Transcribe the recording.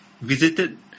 visited